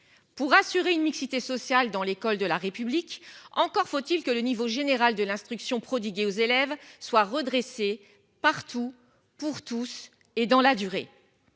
Pour assurer une mixité sociale dans l'école de la République. Encore faut-il que le niveau général de l'instruction prodigué aux élèves soit redressé partout pour tous et dans la durée.